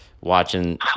watching